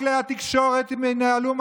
לא תחמוד, את הכיסא של ראש